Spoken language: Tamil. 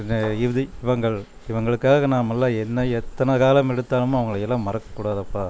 இந்த இறுதி இவங்கள் இவர்களுக்காக நாமெல்லாம் இன்னும் எத்தனை காலமெடுத்தாலுமே அவங்களையெல்லாம் மறக்கக்கூடாதப்பா